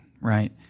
right